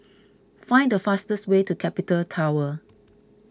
find the fastest way to Capital Tower